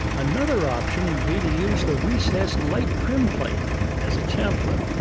another option would be to use the recessed light trim plate as a template.